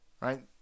right